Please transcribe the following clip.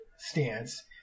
stance